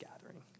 gathering